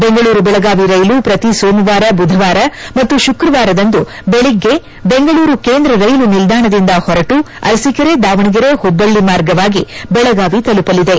ಬೆಂಗಳೂರು ಬೆಳಗಾವಿ ರೈಲು ಪ್ರತಿ ಸೋಮವಾರ ಬುಧವಾರ ಮತ್ತು ಶುಕ್ರವಾರದಂದು ಬೆಳಗ್ಗೆ ಬೆಂಗಳೂರು ಕೇಂದ್ರ ರೈಲು ನಿಲ್ದಾಣದಿಂದ ಹೊರಟು ಅರಸೀಕೆರೆ ದಾವಣಗೆರೆ ಹುಬ್ಬಳ್ಳಿ ಮಾರ್ಗವಾಗಿ ಬೆಳಗಾವಿ ತೆಲುಪಲಿದೆ